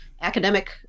academic